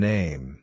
Name